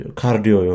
cardio